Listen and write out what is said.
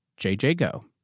JJGO